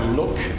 look